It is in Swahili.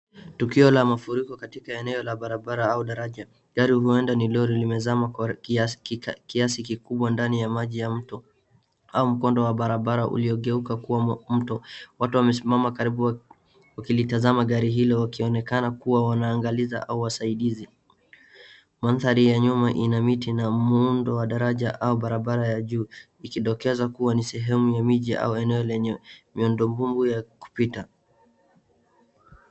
Tukio la mafuriko katika eneo la barabara au daraja. Gari huenda ni lori limezama kwa kiasi kikubwa ndani ya maji ya mto au mkondo wa barabara uliogeuka kuwa mto. Watu wamesimama karibu wakilitazama gari hilo wakionekana kuwa wanaangaliza au wasaidizi. Manthari ya nyuma ina miti na muundo wa daraja au barabara ya juu. Ikidokeza kuwa ni sehemu ya miji au eneo lenye miondo ngumu ya kupita.